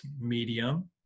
medium